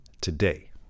today